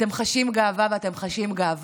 אתם חשים גאווה בצדק,